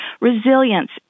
Resilience